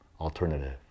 alternative